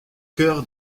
cœur